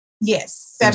Yes